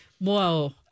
Whoa